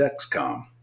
Dexcom